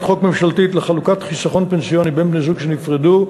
חוק ממשלתית לחלוקת חיסכון פנסיוני בין בני-זוג שנפרדו,